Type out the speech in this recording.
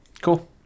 Cool